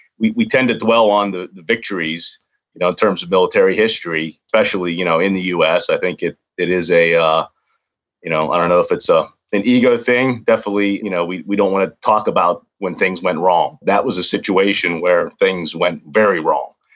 we we tend to dwell on the the victories in terms of military history, especially you know in the us. i think it it is a, ah you know i don't know if it's ah an ego thing. definitely you know we we don't want to talk about when things went wrong. that was a situation where things went very wrong,